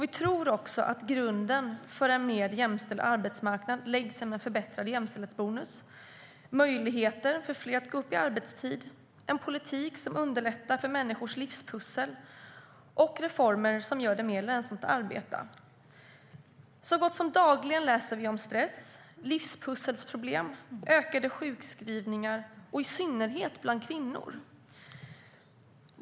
Vi tror att grunden för en mer jämställd arbetsmarknad läggs genom en förbättrad jämställdhetsbonus, möjlighet för fler att gå upp i arbetstid, en politik som underlättar för människors livspussel och reformer som gör det mer lönsamt att arbeta. Så gott som dagligen läser vi om stress, livspusselsproblem och ökade sjukskrivningar, i synnerhet bland kvinnor.